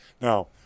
Now